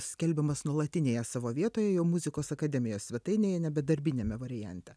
skelbiamas nuolatinėje savo vietoje jau muzikos akademijos svetainėje nebe darbiniame variante